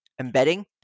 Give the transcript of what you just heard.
embedding